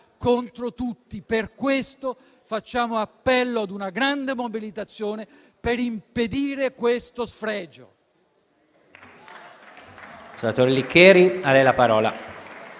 contro tutti. Per questo, facciamo appello ad una grande mobilitazione per impedire tutto questo.